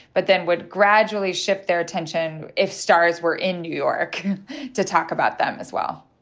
but then would gradually shift their attention if stars were in new york to talk about them as well.